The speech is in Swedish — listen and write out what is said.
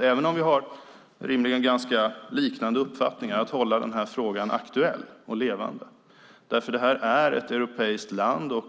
Även om vi har ganska liknande uppfattning tycker jag därför att det är viktigt att hålla den här frågan aktuell och levande. Vitryssland är ett europeiskt land.